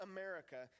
America